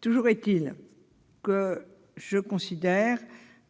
Toujours est-il que